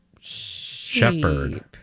shepherd